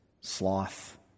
sloth